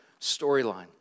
storyline